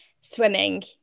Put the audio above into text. swimming